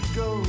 go